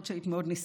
יש לי איזה זיכרון.